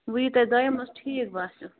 وۅنۍ یہِ تۄہہِ دۄیَو منٛز ٹھیٖک باسٮ۪و